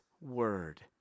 word